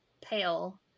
pale